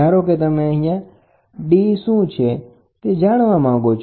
ધારો કે તમે અહીંયા d શું છે તે જાણવા માંગો છો